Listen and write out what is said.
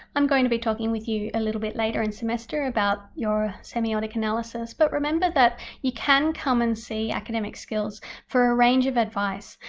i'm going to be talking with you a little bit later in semester about your semiotic analysis but remember that you can come and see academic skills for a range of advice.